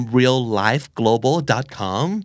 reallifeglobal.com